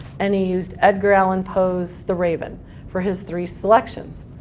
and he used edgar allan poe's the raven for his three selections.